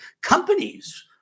companies